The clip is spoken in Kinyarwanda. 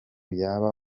yaba